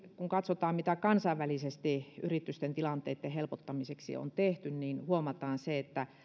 kun katsotaan mitä kansainvälisesti yritysten tilanteen helpottamiseksi on tehty huomataan se että